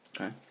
Okay